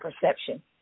perception